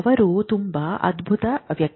ಅವನು ತುಂಬಾ ಅದ್ಭುತ ವ್ಯಕ್ತಿ